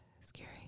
Scary